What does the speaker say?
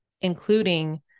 including